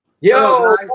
Yo